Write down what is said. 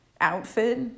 outfit